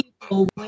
people